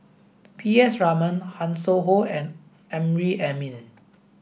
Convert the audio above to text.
P S Raman Hanson Ho and Amrin Amin